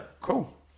Cool